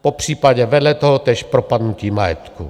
Popřípadě vedle toho též propadnutí majetku.